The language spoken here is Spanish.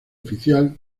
oficial